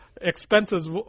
expenses